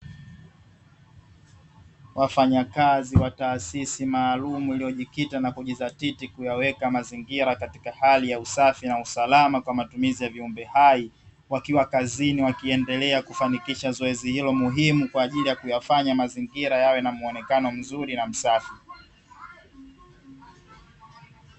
Wafanyakazi wa taasisi maalumu iliyojikita na kujizatiti kuyaweka mazingira katika hali ya usafi na usalama kwa matumizi ya viumbe hai, wakiwa kazini wakiendelea kufanikisha zoezi hilo muhimu kwa ajili ya kuyafanya mazingira yawe na muonekano mzuri na msafi.